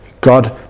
God